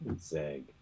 Zag